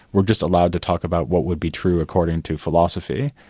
we're just allowed to talk about what would be true according to philosophy.